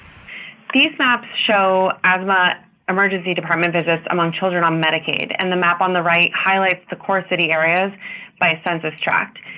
these maps show asthma emergency department visits among children on medicaid, and the map on the right highlights the core city areas by census tract.